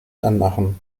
anmachen